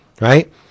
Right